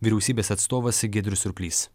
vyriausybės atstovas giedrius surplys